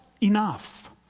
enough